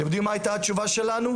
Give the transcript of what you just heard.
אתם יודעים מה הייתה התשובה שלנו?